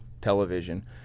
television